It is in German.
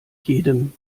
jedem